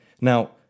Now